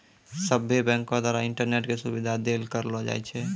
सभ्भे बैंको द्वारा इंटरनेट के सुविधा देल करलो जाय छै